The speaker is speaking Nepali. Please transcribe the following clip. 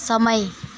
समय